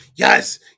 Yes